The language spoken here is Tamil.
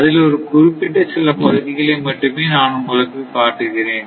அதில் ஒரு குறிப்பிட்ட சில பகுதிகளை மட்டுமே நான் உங்களுக்கு காட்டுகிறேன்